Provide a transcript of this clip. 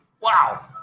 Wow